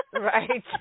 Right